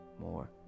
more